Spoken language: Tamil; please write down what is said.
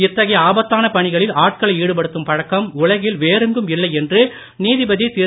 இத்தகைய ஆபத்தான பணிகளில் ஆட்களை ஈடுபடுத்தும் பழக்கம் உலகில் வேறெங்கும் இல்லை என்று நீதிபதி திரு